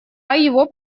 его